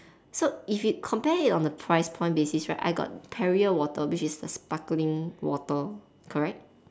so if you compare it on a price point basis right I got perrier water which is a sparkling water correct